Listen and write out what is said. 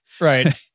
Right